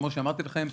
כמו שאמרתי לכם,